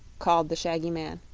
called the shaggy man.